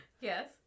Yes